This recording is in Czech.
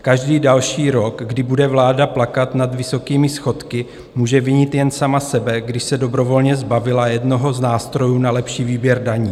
Každý další rok, kdy bude vláda plakat nad vysokými schodky, může vinit jen sama sebe, když se dobrovolně zbavila jednoho z nástrojů na lepší výběr daní.